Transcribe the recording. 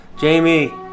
Jamie